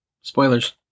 Spoilers